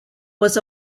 was